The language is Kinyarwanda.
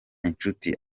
inshuti